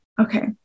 Okay